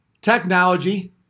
technology